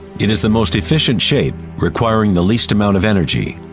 it is the most efficient shape requiring the least amount of energy.